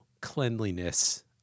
cleanliness